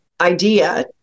idea